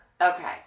Okay